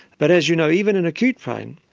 but as you know, even an acute pain,